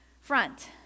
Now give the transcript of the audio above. front